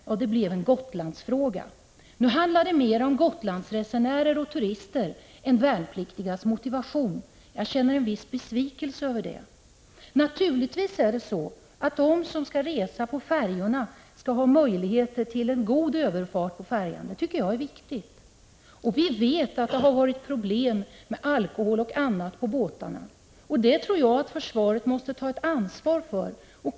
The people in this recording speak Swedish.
Jo, det blev en Gotlandsfråga. Nu handlar det mer om Gotlandsresenärer och Gotlandsturister än om de värnpliktigas motivation. Jag känner en viss besvikelse över det. Naturligtvis skall de som reser med färjorna ha möjligheter till en god överfart. Det är viktigt. Men vi vet ju att det har varit problem med t.ex. alkohol på Gotlandsbåtarna. Jag tror därför att försvaret måste ta ett ansvar i detta avseende.